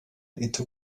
into